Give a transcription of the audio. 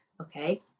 okay